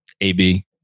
AB